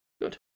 Good